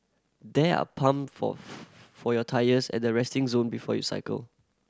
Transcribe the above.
there are pump for your tyres at the resting zone before you cycle